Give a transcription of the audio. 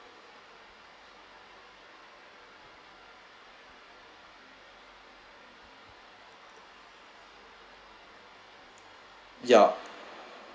ya